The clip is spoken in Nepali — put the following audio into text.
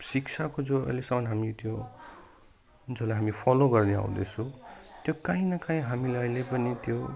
शिक्षाको जो अहिलेसम्म हामी त्यो जसलाई हामी फलो गर्दै आउँदैछु त्यो काहीँ न काहीँ हामीलाई अहिले पनि त्यो